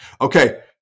Okay